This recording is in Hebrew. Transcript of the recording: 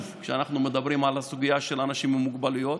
כשאנחנו מדברים על הסוגיה של אנשים עם מוגבלויות.